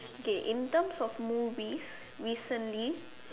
okay in terms of movies recently